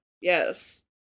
yes